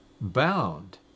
bound